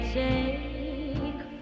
take